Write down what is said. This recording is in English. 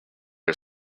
are